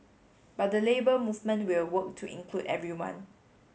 but the Labour Movement will work to include everyone